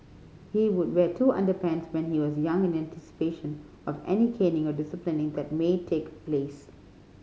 he would wear two underpants when he was young in anticipation of any caning or disciplining that may take place